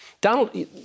Donald